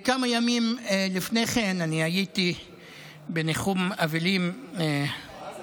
כמה ימים לפני כן אני הייתי בניחום אבלים בפוריידיס,